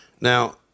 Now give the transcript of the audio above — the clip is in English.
Now